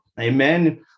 amen